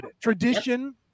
tradition